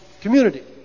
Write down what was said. community